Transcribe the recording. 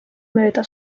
mööda